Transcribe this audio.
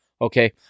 okay